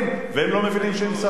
והם לא מבינים שהם שרים.